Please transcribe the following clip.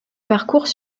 parcours